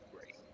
great